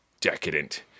decadent